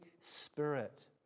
Spirit